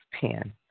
pen